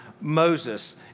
Moses